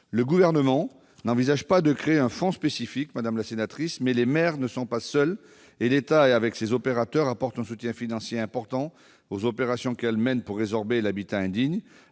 Le Gouvernement n'envisage pas de créer un fonds spécifique, madame la sénatrice. Toutefois, les maires ne sont pas seuls et l'État, avec ses opérateurs, apporte un soutien financier important aux opérations qu'ils mènent pour résorber l'habitat indigne.